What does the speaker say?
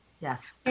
Yes